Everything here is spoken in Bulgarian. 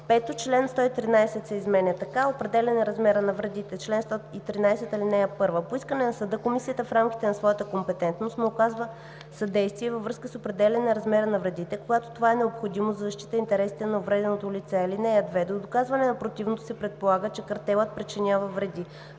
5. Чл. 113 се изменя така: „Определяне размера на вредите Чл. 113. (1) По искане на съда комисията в рамките на своята компетентност му оказва съдействие във връзка с определяне размера на вредите, когато това е необходимо за защита интересите на увреденото лице. я(2) До доказване на противното се предполага, че картелът причинява вреди.